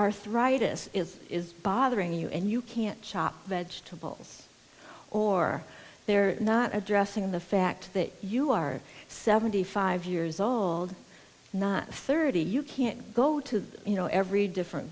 arthritis is is bothering you and you can't chop vegetables or they're not addressing the fact that you are seventy five years old not thirty you can't go to you know every different